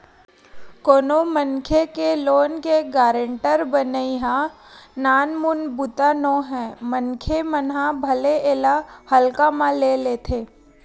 कोनो मनखे के लोन के गारेंटर बनई ह नानमुन बूता नोहय मनखे मन ह भले एला हल्का म ले लेथे